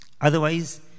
Otherwise